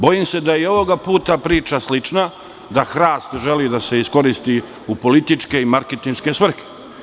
Bojim se da je i ovoga puta priča slična, da hrast želi da se iskoristi u političke i marketinške svrhe.